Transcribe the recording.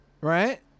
Right